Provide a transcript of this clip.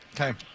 okay